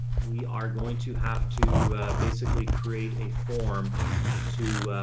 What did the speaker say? we are going to have to basically create a form to,